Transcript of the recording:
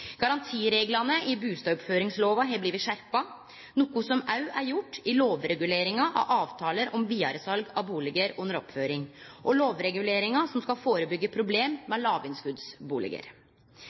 Garantireglane i bustadoppføringslova har blitt skjerpa, noko som òg er gjort i lovreguleringa av avtaler om vidaresal av bustader under oppføring og i lovreguleringa som skal førebyggje problem med